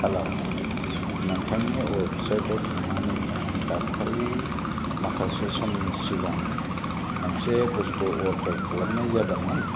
hello नोंथांनि अपसाइदाव थांनानै आं दाखालि माखासे समनि सिगां मोनसे बुस्तु अर्दार खालामनाय जादोंमोन